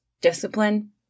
discipline